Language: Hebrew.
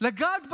לגעת בהם?